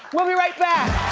we'll be right back.